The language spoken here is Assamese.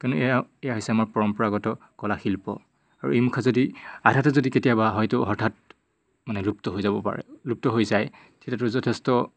কিন্তু এয়া এয়া হৈছে আমাৰ পৰম্পৰাগত কলাশিল্প আৰু এই মুখা যদি আধাতে যদি কেতিয়াবা হয়তো অৰ্থাৎ মানে লুপ্ত হৈ যাব পাৰে লুপ্ত হৈ যায় তেতিয়াতো যথেষ্ট